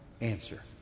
answer